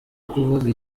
kuvuga